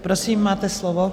Prosím, máte slovo.